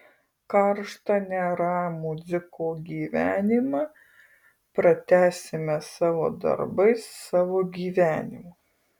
karštą neramų dziko gyvenimą pratęsime savo darbais savo gyvenimu